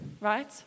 right